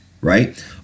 right